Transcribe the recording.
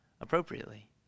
appropriately